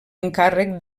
encàrrec